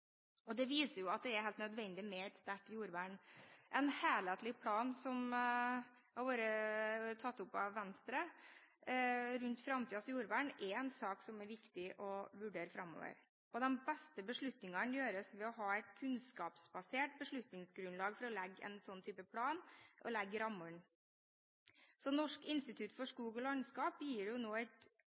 Det viser at det er helt nødvendig med et sterkt jordvern. En helhetlig plan rundt framtidens jordvern, som har blitt tatt opp av Venstre, er en sak som er viktig å vurdere framover. De beste beslutningene gjøres ved å ha et kunnskapsbasert beslutningsgrunnlag for å legge en sånn type plan og legge rammene. Norsk institutt for skog og landskap gir nå ut et